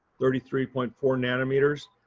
thirty three point four nanometers.